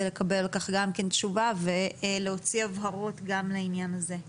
לקבל תשובה ולהוציא הבהרות גם לעניין הזה.